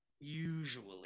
Usually